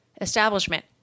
establishment